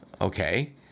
Okay